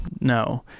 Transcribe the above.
No